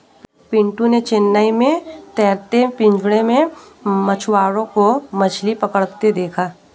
पिंटू ने चेन्नई में तैरते पिंजरे में मछुआरों को मछली पकड़ते देखा